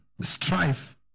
strife